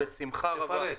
בשמחה רבה.